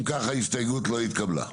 אם ככה ההסתייגות לא התקבלה.